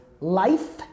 Life